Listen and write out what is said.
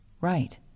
Right